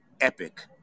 epic